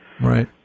Right